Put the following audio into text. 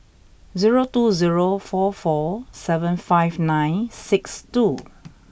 zero two zero four four seven five nine six two